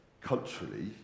Culturally